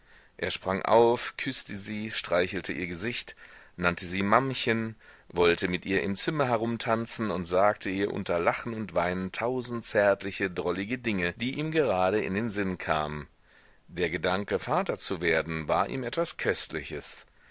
er sprang auf küßte sie streichelte ihr gesicht nannte sie mammchen wollte mit ihr im zimmer herumtanzen und sagte ihr unter lachen und weinen tausend zärtliche drollige dinge die ihm gerade in den sinn kamen der gedanke vater zu werden war ihm etwas köstliches